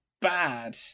bad